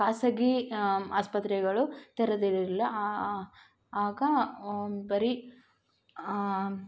ಖಾಸಗಿ ಆಸ್ಪತ್ರೆಗಳು ತೆರೆದಿರಲಿಲ್ಲ ಆಗ ಬರೀ